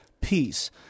peace